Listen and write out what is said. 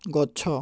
ଗଛ